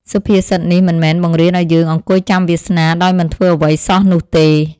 សុភាសិតនេះមិនមែនបង្រៀនឱ្យយើងអង្គុយចាំវាសនាដោយមិនធ្វើអ្វីសោះនោះទេ។